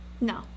No